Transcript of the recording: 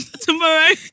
tomorrow